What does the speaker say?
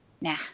nah